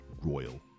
Royal